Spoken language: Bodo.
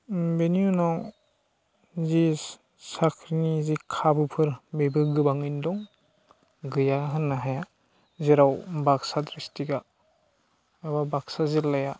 बेनि उनाव जि साख्रिनि जि खाबुफोर बेबो गोबाङैनो दं गैया होननो हाया जेराव बाक्सा डिस्ट्रिकआ एबा बाक्सा जिसल्लाया